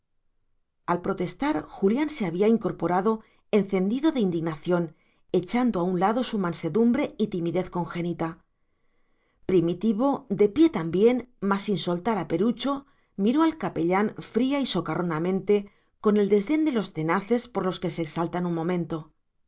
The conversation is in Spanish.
al protestar julián se había incorporado encendido de indignación echando a un lado su mansedumbre y timidez congénita primitivo de pie también mas sin soltar a perucho miró al capellán fría y socarronamente con el desdén de los tenaces por los que se exaltan un momento